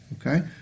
Okay